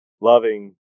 loving